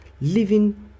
Living